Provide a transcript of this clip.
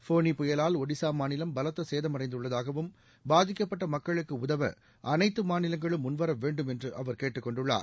ஃபோனி புயலால் ஒடிசா மாநிலம் பலத்த சேதமடைந்துள்ளதாகவும் பாதிக்கப்பட்ட மக்களுக்கு உதவ அனைத்து மாநிலங்களும் முன்வர வேண்டும் என்று அவர் கேட்டுக்கொண்டுள்ளார்